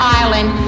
island